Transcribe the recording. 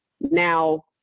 now